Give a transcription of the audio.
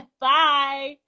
Bye